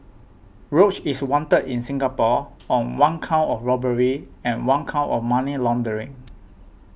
roach is wanted in Singapore on one count of robbery and one count of money laundering